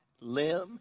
limb